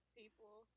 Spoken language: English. people